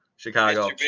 Chicago